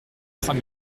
trois